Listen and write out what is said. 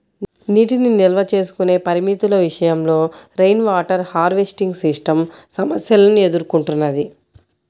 నీటిని నిల్వ చేసుకునే పరిమితుల విషయంలో రెయిన్వాటర్ హార్వెస్టింగ్ సిస్టమ్ సమస్యలను ఎదుర్కొంటున్నది